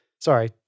Sorry